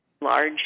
large